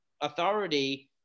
authority